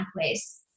pathways